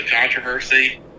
controversy